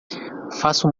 faça